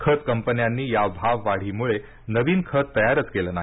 खत कंपन्यांनी या भाववाढीमुळे नविन खत तयारच केलं नाही